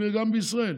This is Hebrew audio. ימכור גם בישראל.